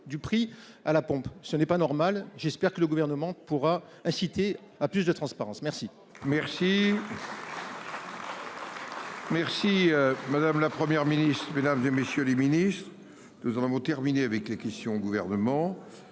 à la pompe. Ce n'est pas normal. J'espère que le Gouvernement saura inciter à plus de transparence. Nous